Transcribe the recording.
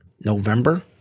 November